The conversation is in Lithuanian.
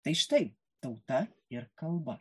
tai štai tauta ir kalba